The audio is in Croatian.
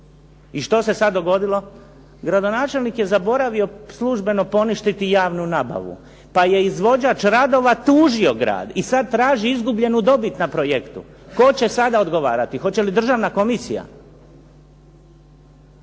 I što se sad dogodilo? Gradonačelnik je zaboravio službeno poništiti javnu nabavu pa je izvođač radova tužio grad i sad traži izgubljenu dobit na projektu. Tko će sada odgovarati? Hoće li državna komisija?